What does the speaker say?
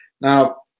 Now